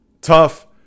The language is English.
Tough